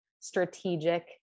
Strategic